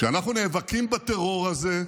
כשאנחנו נאבקים בטרור הזה,